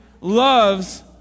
loves